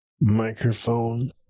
microphone